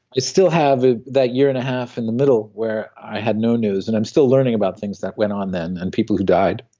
it still have ah that year and a half in the middle where i had no news, and i'm still learning about things that went on then, and the people who died.